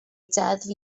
deddf